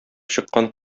чыккан